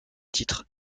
titre